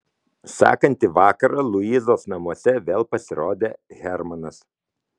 sekantį vakarą luizos namuose vėl pasirodė hermanas